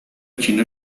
china